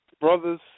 brothers